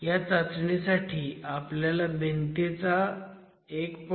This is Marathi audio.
ह्या चाचणी साठी आपल्याला भिंतींचा 1